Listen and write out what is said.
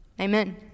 Amen